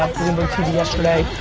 tv yesterday.